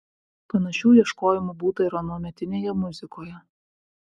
panašių ieškojimų būta ir anuometinėje muzikoje